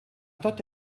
tot